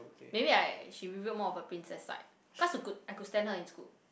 maybe right she revealed more of her princess side cause I could I could stand her in school